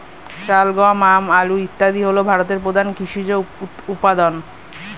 চাল, গম, আম, আলু ইত্যাদি হল ভারতের প্রধান কৃষিজ উপাদান